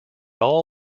all